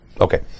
okay